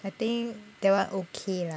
I think that one okay lah